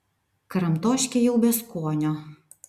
kramtoškė jau be skonio